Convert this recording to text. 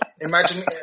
Imagine